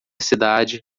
cidade